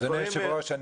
אדוני היושב ראש,